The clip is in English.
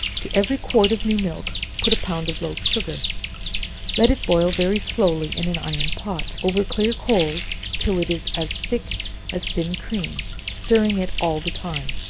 to every quart of new milk put a pound of loaf-sugar let it boil very slowly in an iron pot, over clear coals, till it is as thick as thin cream stirring it all the time,